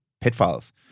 pitfalls